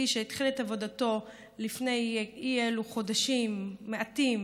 שהתחיל את עבודתו לפי אי אלו חודשים מעטים,